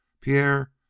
Pierre